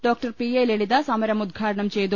Dr P A Lalitha സമരം ഉദ്ഘാടനം ചെയ്തു